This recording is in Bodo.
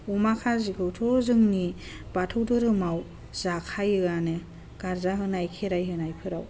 अमा खाजिखौथ' जोंनि बाथौ धोरोमाव जाखायोआनो गारजा होनाय खेराइ होनायफोराव